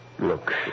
Look